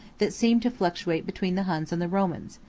that seemed to fluctuate between the huns and the romans.